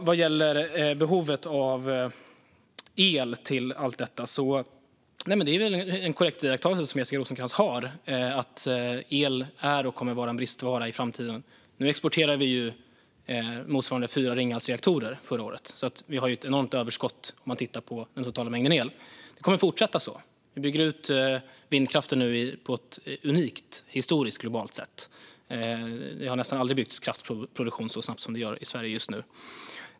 Vad gäller behovet av el till allt detta gör Jessica Rosencrantz en korrekt iakttagelse. El är och kommer att vara en bristvara i framtiden. I och för sig exporterade vi förra året motsvarande fyra Ringhalsreaktorer, så vi har ett enormt överskott om man ser till den totala mängden el. Vi kommer att fortsätta så här. Vi bygger ut vindkraften på ett unikt globalt och historiskt sätt. Det har nästan aldrig byggts kraftproduktion så snabbt som görs i Sverige just nu.